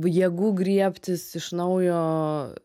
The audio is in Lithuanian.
jėgų griebtis iš naujo